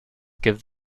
give